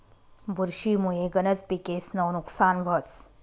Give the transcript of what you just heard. बुरशी मुये गनज पिकेस्नं नुकसान व्हस